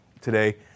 today